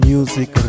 Music